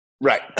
Right